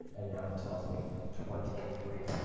and now it tells me twenty three.